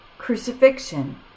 Crucifixion